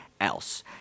else